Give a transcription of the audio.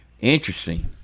interesting